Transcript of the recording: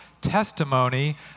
testimony